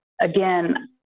again